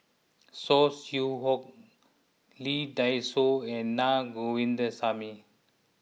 Saw Swee Hock Lee Dai Soh and Na Govindasamy